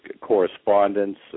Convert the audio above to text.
correspondence